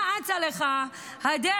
מה אצה לך הדרך,